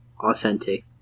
authentic